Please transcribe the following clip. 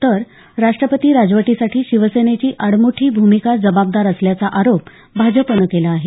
तर राष्ट्रपती राजवटीसाठी शिवसेनेची आडमुठी भूमिका जबाबदार असल्याचा आरोप भाजपनं केला आहे